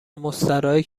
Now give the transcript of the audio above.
مستراحی